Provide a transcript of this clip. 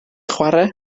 chwarae